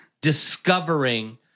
discovering